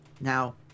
Now